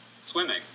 swimming